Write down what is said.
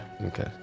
Okay